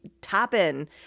topping